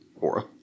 aura